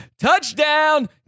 Touchdown